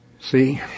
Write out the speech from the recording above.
See